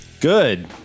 Good